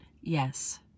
Yes